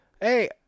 Hey